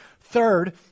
Third